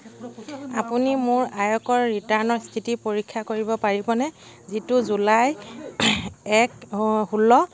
আপুনি মোৰ আয়কৰ ৰিটাৰ্ণৰ স্থিতি পৰীক্ষা কৰিব পাৰিবনে যিটো জুলাই এক ষোল্ল